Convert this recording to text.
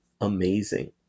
amazing